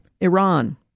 Iran